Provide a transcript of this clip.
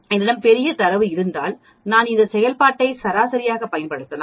என்னிடம் பெரிய தரவு இருந்தால் நான் இந்த செயல்பாட்டை சராசரியாகப் பயன்படுத்தலாம்